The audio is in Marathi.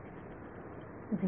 विद्यार्थी 0